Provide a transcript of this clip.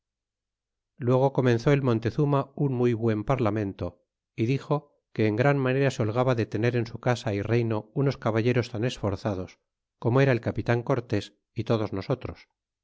luego comenzó el montezurna un muy buen parlamento t dixo que en gran manera se holgaba de tener en su casa y reyno unos caballeros tan esforzados como era el capitan cor te s y todos nosotros